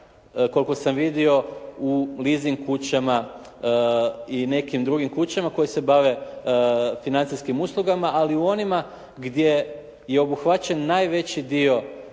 koliko sam vidio u leasing kućama i nekim drugim kućama koje se bave financijskim uslugama, ali u onima gdje je obuhvaćen najveći dio